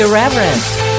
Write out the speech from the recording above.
Irreverent